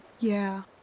yeah.